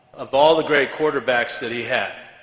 of all the great quarterbacks that he had,